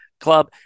Club